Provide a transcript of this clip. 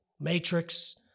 Matrix